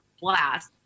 blast